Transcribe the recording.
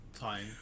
Time